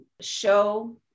show